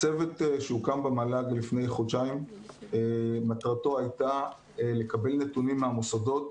הצוות שהוקם במל"ג לפני חודשיים מטרתו הייתה לקבל נתונים מהמוסדות,